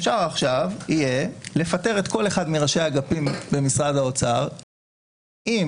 אפשר עכשיו יהיה לפטר כל אחד מראשי האגפים במשרד האוצר אם